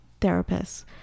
therapists